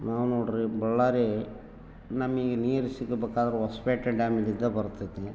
ನಾವು ನೋಡ್ರಿ ಬಳ್ಳಾರಿ ನಮಗೆ ನೀರು ಸಿಗ್ಬೇಕಾದ್ರ ಹೊಸಪೇಟೆ ಡ್ಯಾಮಿದಿಂದ ಬರತೈತಿ